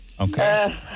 Okay